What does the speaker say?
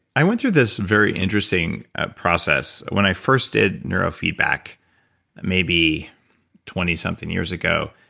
i went through this very interesting process. when i first did neuro feedback maybe twenty something years ago,